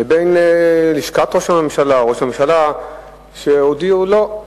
לבין לשכת ראש הממשלה, שהודיעו: לא,